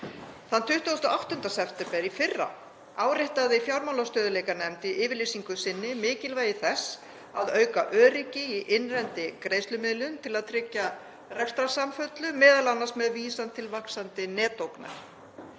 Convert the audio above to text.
Þann 28. september í fyrra áréttaði fjármálastöðugleikanefnd í yfirlýsingu sinni mikilvægi þess að auka öryggi í innlendri greiðslumiðlun til að tryggja rekstrarsamfellu, m.a. með vísan til vaxandi netógnar.